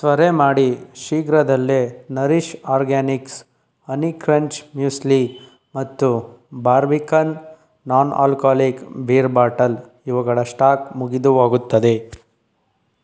ತ್ವರೆ ಮಾಡಿ ಶೀಘ್ರದಲ್ಲೇ Nourish Organics honey crunch muesli ಮತ್ತು Barbican non alcoholic beer bottle ಇವುಗಳ ಶ್ಟಾಕ್ ಮುಗಿದು ಹೋಗುತ್ತದೆ